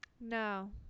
no